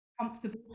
comfortable